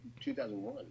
2001